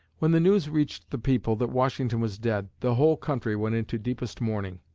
when the news reached the people that washington was dead, the whole country went into deepest mourning.